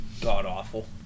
god-awful